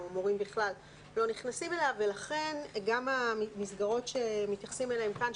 או מורים בכלל לא נכנסים אליה ולכן גם המסגרות שמתייחסים אליהן כאן,